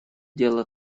дело